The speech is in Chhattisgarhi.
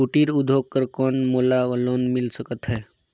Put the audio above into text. कुटीर उद्योग बर कौन मोला लोन मिल सकत हे?